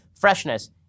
freshness